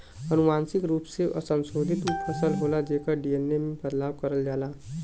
अनुवांशिक रूप से संशोधित उ फसल होला जेकर डी.एन.ए में बदलाव करल जाला